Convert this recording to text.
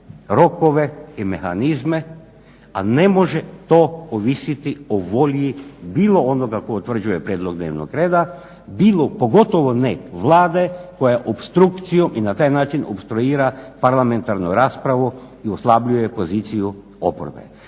rokove i mehanizme. A ne može to ovisiti o volji bilo onoga tko utvrđuje prijedlog dnevnog reda, bilo pogotovo ne Vlade koja opstrukcijom i na taj način opstruira parlamentarnu raspravu i oslabljuje poziciju oporbe.